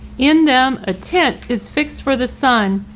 in them a tent is fixed for the sun,